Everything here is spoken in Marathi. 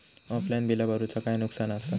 ऑफलाइन बिला भरूचा काय नुकसान आसा?